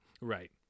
Right